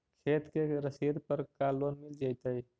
खेत के रसिद पर का लोन मिल जइतै?